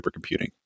supercomputing